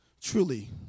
truly